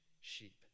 sheep